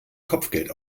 kopfgeld